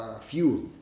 fuel